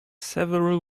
several